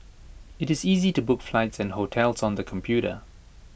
IT is easy to book flights and hotels on the computer